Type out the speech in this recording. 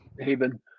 haven